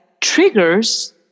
triggers